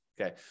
okay